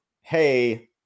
hey